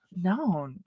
No